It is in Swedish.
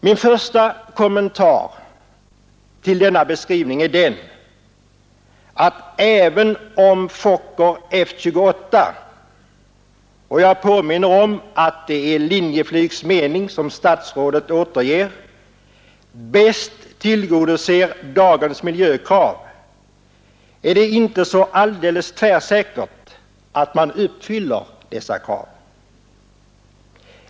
Min första kommentar till denna beskrivning är den att även om Fokker F-28 — och jag påminner om att det är Linjeflygs mening som statsrådet återger — bäst tillgodoser dagens miljökrav, är det inte så alldeles tvärsäkert att man uppfyller dessa krav.